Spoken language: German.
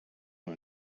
nur